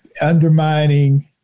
undermining